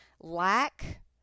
lack